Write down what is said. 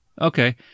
Okay